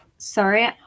sorry